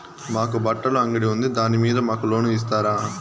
మాకు బట్టలు అంగడి ఉంది దాని మీద మాకు లోను ఇస్తారా